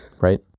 Right